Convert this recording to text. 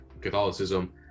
Catholicism